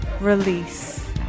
Release